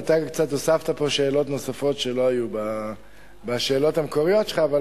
אתה הוספת פה קצת שאלות שלא היו בשאלות המקוריות שלך.